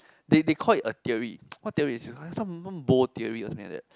they they call it a theory what theory is it call some Bow theory or something like that